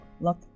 look